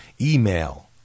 email